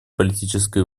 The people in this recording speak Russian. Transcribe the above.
политической